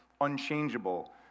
unchangeable